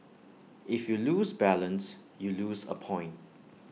if you lose balance you lose A point